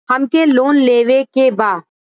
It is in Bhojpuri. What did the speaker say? हमके लोन लेवे के बा?